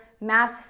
mass